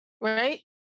Right